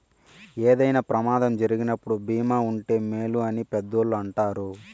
ఏదైనా ప్రమాదం జరిగినప్పుడు భీమా ఉంటే మేలు అని పెద్దోళ్ళు అంటారు